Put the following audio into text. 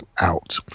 out